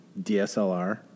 DSLR